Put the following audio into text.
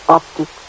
optic